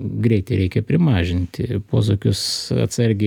greitį reikia primažinti ir posūkius atsargiai